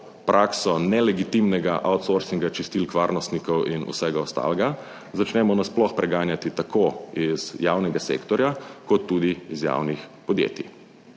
prakso nelegitimnega outsourcinga čistilk, varnostnikov in vsega ostalega začnemo nasploh preganjati tako iz javnega sektorja kot tudi iz javnih podjetij.